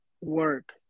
work